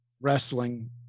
wrestling